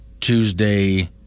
Tuesday